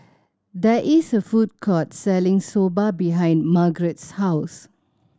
there is a food court selling Soba behind Margarett's house